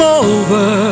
over